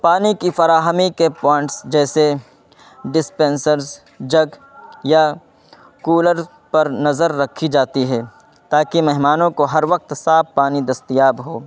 پانی کی فراہمی کے پوائنٹس جیسے ڈسپینسرز جگ یا کولرز پر نظر رکھی جاتی ہے تاکہ مہمانوں کو ہر وقت صاف پانی دستیاب ہو